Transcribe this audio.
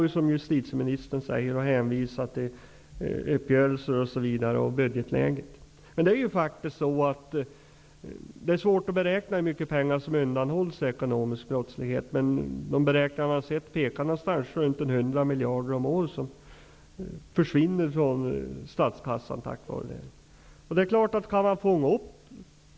Precis som justitieminstern säger går det att hänvisa till uppgörelser när det gäller budgetläget. Men det är faktiskt så, att det är svårt att beräkna hur mycket pengar som undanhålls i ekonomisk brottslighet. I de beräkningar som emellertid finns pekar det mot ungegär 100 miljarder kronor om året, som försvinner ur statskassan på grund av detta.